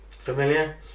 Familiar